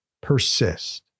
persist